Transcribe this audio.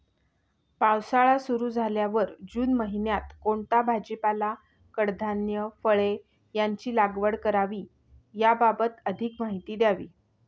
पावसाळा सुरु झाल्यावर जून महिन्यात कोणता भाजीपाला, कडधान्य, फळे यांची लागवड करावी याबाबत अधिक माहिती द्यावी?